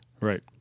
Right